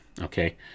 okay